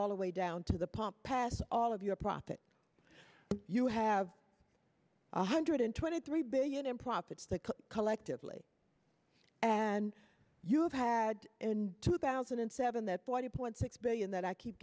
all the way down to the pump pass all of your profit you have a hundred and twenty three billion in property that collectively and you have had in two thousand and seven that forty point six billion that i keep